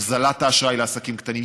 הוזלת האשראי לעסקים קטנים,